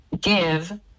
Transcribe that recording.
give